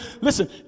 Listen